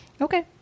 Okay